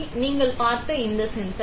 எனவே நீங்கள் பார்த்த இந்த சென்சார்